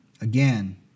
Again